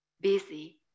busy